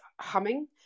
humming